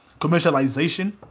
commercialization